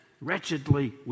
Wretchedly